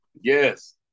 Yes